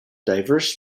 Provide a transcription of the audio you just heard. diverse